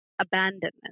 abandonment